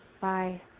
Bye